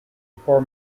before